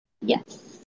Yes